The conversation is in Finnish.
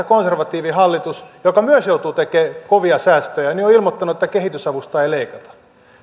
konservatiivihallitus joka myös joutuu tekemään kovia säästöjä on ilmoittanut että kehitysavusta ei leikata